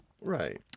Right